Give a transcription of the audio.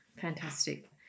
fantastic